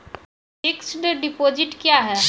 Fixed deposit क्या हैं?